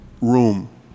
room